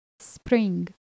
Spring